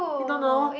you don't know